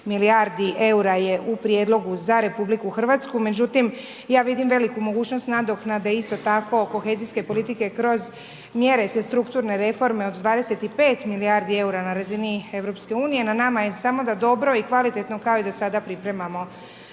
milijardi eura, je u prijedlogu za RH, međutim, ja vidim veliku mogućnost nadoknade, isto tako kohezijske politike, kroz mjere strukturne reforme od 25 milijardi eura na razini EU. Na nama je samo da dobro i kvalitetno kao i do sada pripremamo